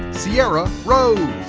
sierra rose.